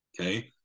Okay